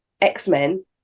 x-men